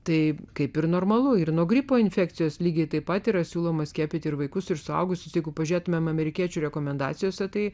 tai kaip ir normalu ir nuo gripo infekcijos lygiai taip pat yra siūloma skiepyti ir vaikus ir suaugusius jei pažiūrėtumėm amerikiečių rekomendacijose tai